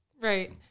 Right